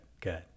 good